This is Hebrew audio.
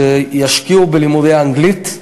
שישקיעו בלימודי אנגלית,